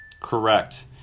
Correct